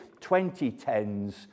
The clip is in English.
2010s